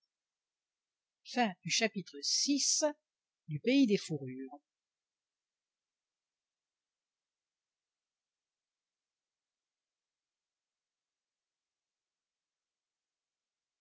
le pays des fourrures